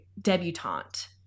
debutante